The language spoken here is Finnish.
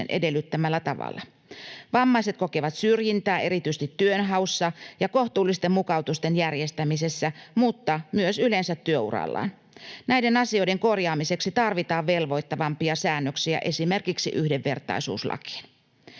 edellyttämällä tavalla. Vammaiset kokevat syrjintää erityisesti työnhaussa ja kohtuullisten mukautusten järjestämisessä mutta myös työurallaan yleensä. Näiden asioiden korjaamiseksi tarvitaan velvoittavampia säännöksiä esimerkiksi yhdenvertaisuuslakiin.